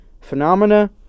Phenomena